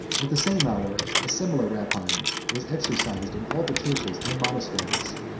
at the same hour, a similar rapine was exercised in all the churches and monasteries,